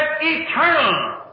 eternal